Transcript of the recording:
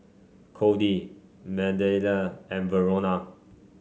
Cody Mathilde and Verona